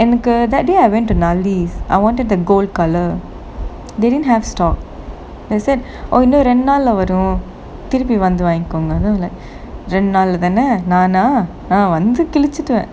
எனக்கு:enaku that day I went to Nalli's I wanted a gold colour they didn't have stock they said oh இன்னும் ரெண்டு நாளா வரும் திருப்பி வந்து வாங்கிக்கோங்க:innum rendu naalaa varum thirupi vanthu vaangikonga then I'm like ரெண்டு நாள் தானே நானா வந்து கிழிச்சுருவேன்:rendu naal thaanae naanaa vanthu kilichuruvaen